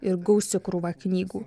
ir gausi krūvą knygų